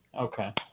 Okay